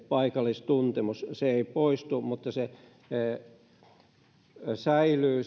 paikallistuntemus paikallistuntemus ei poistu vaan se säilyy